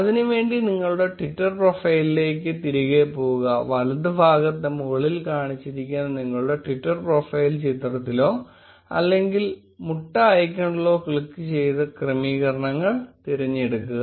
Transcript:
അതിനുവേണ്ടി നിങ്ങളുടെ ട്വിറ്റർ പ്രൊഫൈലിലേക്ക് തിരികെ പോകുകവലത് ഭാഗത്ത് മുകളിൽ കാണിച്ചിരിക്കുന്ന നിങ്ങളുടെ ട്വിറ്റർ പ്രൊഫൈൽ ചിത്രത്തിലോ അല്ലെങ്കിൽ മുട്ട ഐക്കണിലോ ക്ലിക്കുചെയ്ത് ക്രമീകരണങ്ങൾ തിരഞ്ഞെടുക്കുക